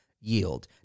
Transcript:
yield